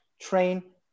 train